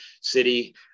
city